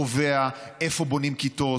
קובע איפה בונים כיתות,